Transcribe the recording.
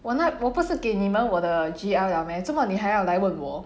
我那我不是给你们我的 G_L 了 meh 做么你还要问我